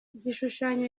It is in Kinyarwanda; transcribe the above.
igishushanyo